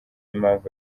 impamvu